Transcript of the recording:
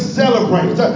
celebrate